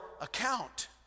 account